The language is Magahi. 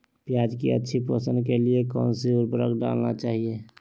प्याज की अच्छी पोषण के लिए कौन सी उर्वरक डालना चाइए?